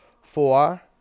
Four